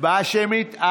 הצבעה שמית.